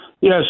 yes